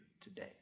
today